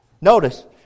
Notice